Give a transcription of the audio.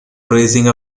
raising